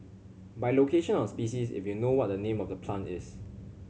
by location or species if you know what the name of the plant is